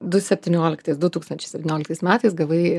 du septynioliktais du tūkstančiai septynioliktais metais gavai